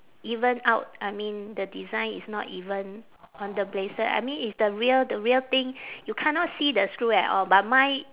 even out I mean the design is not even on the bracelet I mean if the real the real thing you cannot see the screw at all but mine